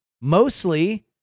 mostly